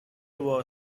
were